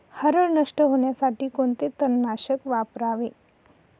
हरळ नष्ट होण्यासाठी कोणते तणनाशक वापरावे?